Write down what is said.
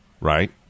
right